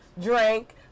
drink